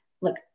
look